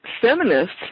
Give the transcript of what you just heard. feminists